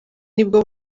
nibwo